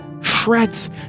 shreds